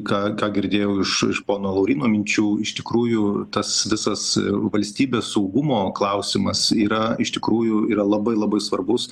ką ką girdėjau iš iš pono lauryno minčių iš tikrųjų tas visas valstybės saugumo klausimas yra iš tikrųjų yra labai labai svarbus